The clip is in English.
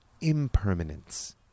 impermanence